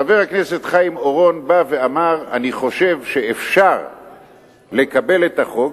חבר הכנסת חיים אורון בא ואמר: אני חושב שאפשר לקבל את החוק,